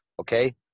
okay